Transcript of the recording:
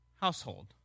household